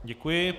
Děkuji.